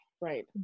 Right